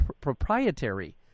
proprietary